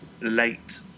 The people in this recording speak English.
late